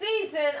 season